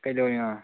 ꯀꯩꯗꯧꯔꯤꯅꯣ